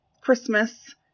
Christmas